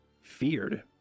feared